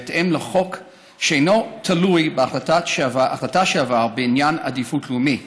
בהתאם לחוק שאינו תלוי בהחלטה שעברה בעניין עדיפות לאומית.